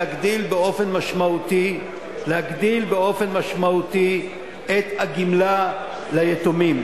להגדיל באופן משמעותי את הגמלה ליתומים,